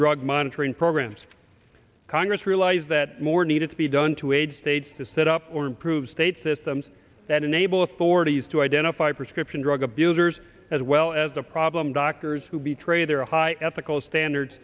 drug monitoring programs congress realized that more needed to be done to aid states to set up or improve state systems that enable authorities to identify prescription drug abusers as well as the problem doctors who betray their high ethical standards